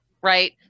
right